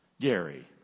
Gary